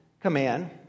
command